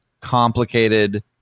complicated